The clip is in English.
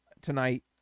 Tonight